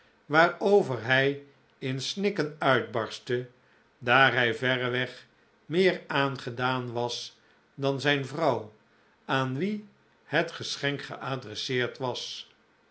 waarover hij in snikken uitbarstte daar hij verreweg meer aangedaan was dan zijn vrouw aan wie het geschenk geadresseerd was